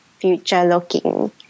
future-looking